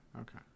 okay